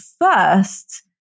first